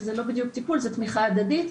שזה לא בדיוק טיפול אלא תמיכה הדדית,